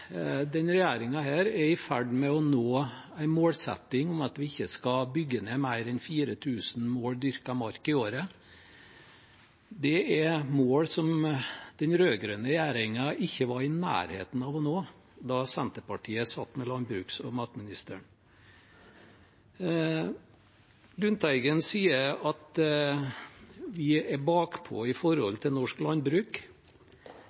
er i ferd med å nå en målsetting om at vi ikke skal bygge ned mer enn 4 000 mål dyrka mark i året. Det er mål som den rød-grønne regjeringen ikke var i nærheten av å nå da Senterpartiet satt med landbruks- og matministeren. Lundteigen sier at vi er bakpå i forhold til norsk landbruk. I